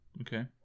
okay